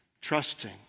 trusting